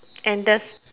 and this